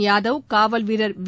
யாதவ் காவல் வீரர் வி